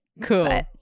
Cool